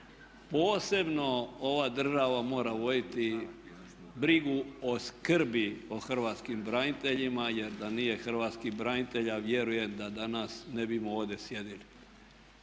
Posebno ova država mora voditi brigu o skrbi o Hrvatskim braniteljima jer da nije Hrvatskih branitelja vjerujem da danas ne bismo ovdje sjedili.